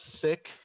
sick